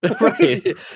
Right